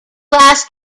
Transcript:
asked